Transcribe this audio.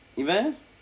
இவன்:ivan